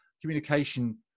communication